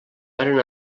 varen